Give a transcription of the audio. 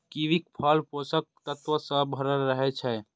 कीवीक फल पोषक तत्व सं भरल रहै छै